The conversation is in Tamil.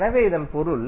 எனவே இதன் பொருள்